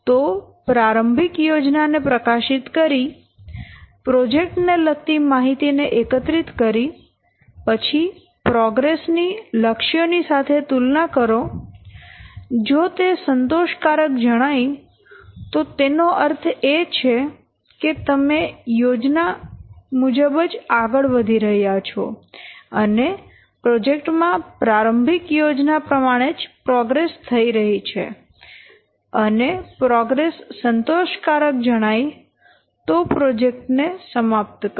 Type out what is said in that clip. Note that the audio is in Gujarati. તો પ્રારંભિક યોજના ને પ્રકાશિત કરી પ્રોજેક્ટ ને લગતી માહિતી ને એકત્રિત કરી પછી પ્રોગ્રેસ ની લક્ષ્યો ની સાથે તુલના કરો જો તે સંતોષકારક જણાય તો તેનો અર્થ એ છે કે તમે યોજના મુજબ જ આગળ વધી રહ્યા છો અને પ્રોજેક્ટ માં પ્રારંભિક યોજના પ્રમાણે જ પ્રોગ્રેસ થઈ રહી છે અને પ્રોગ્રેસ સંતોષકારક જણાય તો પ્રોજેક્ટ ને સમાપ્ત કરો